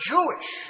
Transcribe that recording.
Jewish